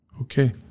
okay